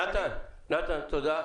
נתן תודה.